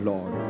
Lord